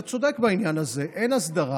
אתה צודק בעניין הזה, אין הסדרה,